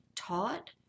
taught